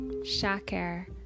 Shaker